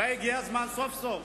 אולי הגיע הזמן סוף-סוף,